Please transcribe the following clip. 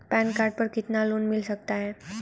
Pan card पर कितना loan मिल सकता है?